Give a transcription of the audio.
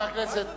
חבר הכנסת חנין.